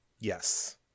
yes